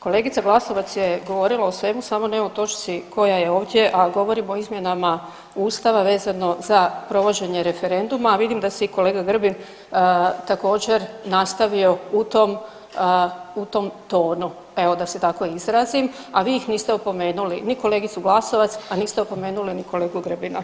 Kolegica Glasovac je govorila o svemu samo ne o točci koja je ovdje, a govorimo o izmjenama ustava vezano za provođenje referenduma, a vidim da se i kolega Grbin također nastavio u tom, u tom tonu, evo da se tako izrazim, a vi ih niste opomenuli, ni kolegicu Glasovac, a niste opomenuli ni kolegu Grbina.